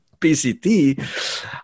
PCT